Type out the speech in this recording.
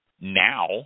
Now